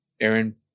Aaron